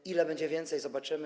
O ile będzie więcej, zobaczymy.